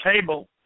table